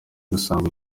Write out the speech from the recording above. gusanga